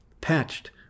patched